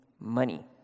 money